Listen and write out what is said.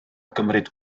gymryd